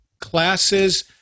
classes